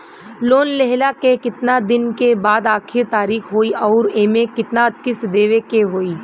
Loan लेहला के कितना दिन के बाद आखिर तारीख होई अउर एमे कितना किस्त देवे के होई?